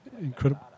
incredible